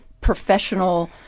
professional